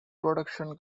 production